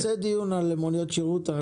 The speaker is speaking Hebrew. נעשה דיון על מוניות השירות.